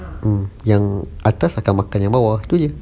mm yang atas akan makan yang bawah itu jer